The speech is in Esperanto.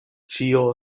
ĉio